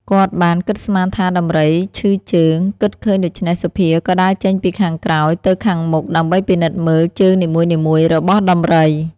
គាត់បាន គិតស្មានថាដំរីឈឺជើង គិតឃើញដូច្នេះសុភាក៏ដើរចេញពីខាងក្រោយ ទៅខាងមុខដើម្បីពិនិត្យមើលជើងនីមួយៗរបស់ដំរី ។